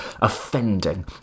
offending